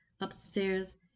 upstairs